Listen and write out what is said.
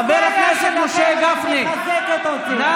חבר הכנסת משה גפני, נא